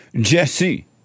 Jesse